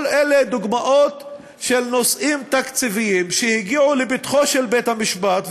כל אלה דוגמאות של נושאים תקציביים שהגיעו לפתחו של בית-המשפט,